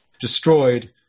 destroyed